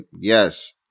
yes